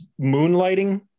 moonlighting